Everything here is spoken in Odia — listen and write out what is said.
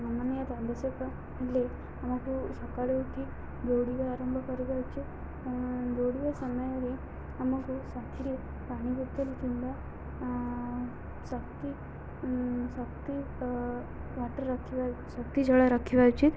ନମନିିୟତା ଆବଶ୍ୟକ ହେଲେ ଆମକୁ ସକାଳୁ ଉଠି ଦୌଡ଼ିବା ଆରମ୍ଭ କରିବା ଉଚିତ ଦୌଡ଼ିବା ସମୟରେ ଆମକୁ ସାଥିରେ ପାଣି ବୋତଲ କିମ୍ବା ଶକ୍ତି ଶକ୍ତି ୱାଟର୍ ରଖିବା ଶକ୍ତି ଜଳ ରଖିବା ଉଚିତ